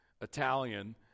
Italian